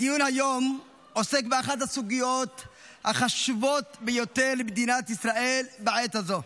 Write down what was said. הדיון היום עוסק באחת הסוגיות החשובות ביותר למדינת ישראל בעת הזאת.